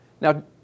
Now